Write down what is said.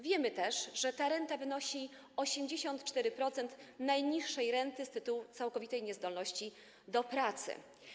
Wiemy też, że ta renta wynosi 84% najniższej renty z tytułu całkowitej niezdolności do pracy.